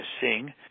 sing